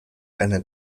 eine